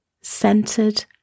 centered